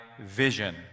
vision